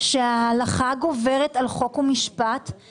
הצבעה אושר הצעת החוק, מטרת החוק, אושרה.